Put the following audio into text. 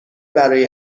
برای